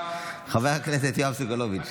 חבר הכנסת יואב סגלוביץ'.